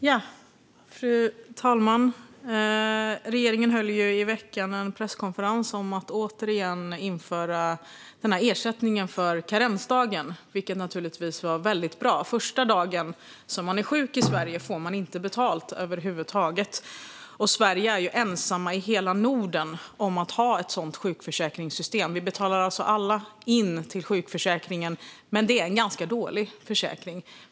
Fru talman! Regeringen höll i veckan en presskonferens om att återigen införa ersättning för karensdagen, vilket naturligtvis var väldigt bra. Första dagen som man är sjuk i Sverige får man inte betalt över huvud taget. Sverige är ensamt i hela Norden om att ha ett sådant sjukförsäkringssystem. Vi betalar alltså alla in till sjukförsäkringen, men det är en ganska dålig försäkring.